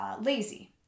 lazy